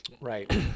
Right